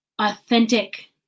authentic